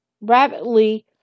rapidly